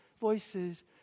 voices